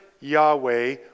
Yahweh